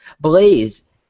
Blaze